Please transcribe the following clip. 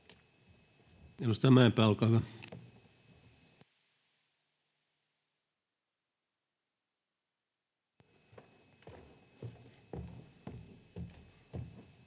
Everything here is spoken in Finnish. Edustaja Mäenpää, olkaa hyvä.